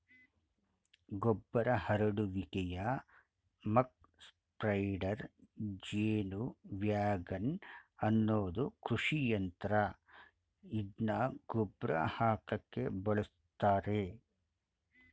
ಗೊಬ್ಬರ ಹರಡುವಿಕೆಯ muck spreader ಜೇನುವ್ಯಾಗನ್ ಅನ್ನೋದು ಕೃಷಿಯಂತ್ರ ಇದ್ನ ಗೊಬ್ರ ಹಾಕಕೆ ಬಳುಸ್ತರೆ